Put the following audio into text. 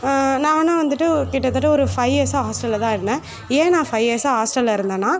நானும் வந்துட்டு கிட்டத்தட்ட ஒரு ஃபை இயர்ஸாக ஹாஸ்டல்ல தான் இருந்தேன் ஏன் நான் ஃபை இயர்ஸாக ஹாஸ்டல்ல இருந்தேன்னா